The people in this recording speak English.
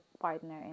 partner